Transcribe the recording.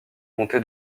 comté